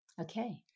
Okay